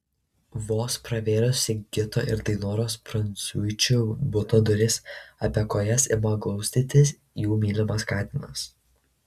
vos pravėrus sigito ir dainoros prancuičių buto duris apie kojas ima glaustytis jų mylimas katinas